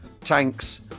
tanks